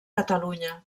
catalunya